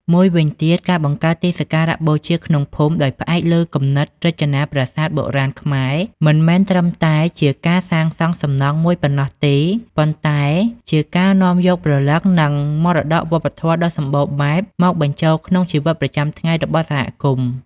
មួយវិញទៀត ការបង្កើតទីសក្ការៈបូជាក្នុងភូមិ ដោយផ្អែកលើគំនិតរចនាប្រាសាទបុរាណខ្មែរមិនមែនត្រឹមតែជាការសាងសង់សំណង់មួយប៉ុណ្ណោះទេប៉ុន្តែជាការនាំយកព្រលឹងនិងមរតកវប្បធម៌ដ៏សម្បូរបែបមកបញ្ចូលក្នុងជីវិតប្រចាំថ្ងៃរបស់សហគមន៍។